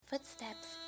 Footsteps